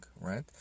Right